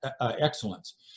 excellence